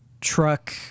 truck